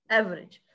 average